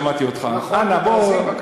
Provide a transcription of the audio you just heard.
תתעניינו בביטוח הלאומי,